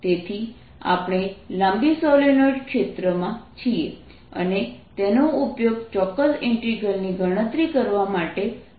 તેથી આપણે લાંબી સોલેનોઇડ ક્ષેત્રમાં છીએ અને તેનો ઉપયોગ ચોક્કસ ઇન્ટિગ્રલની ગણતરી કરવા માટે કરીશું